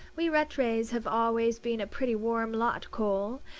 we rattrays have always been a pretty warm lot, cole,